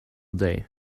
day